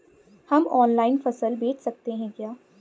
हम ऑनलाइन फसल बेच सकते हैं क्या?